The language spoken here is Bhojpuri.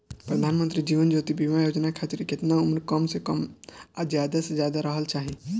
प्रधानमंत्री जीवन ज्योती बीमा योजना खातिर केतना उम्र कम से कम आ ज्यादा से ज्यादा रहल चाहि?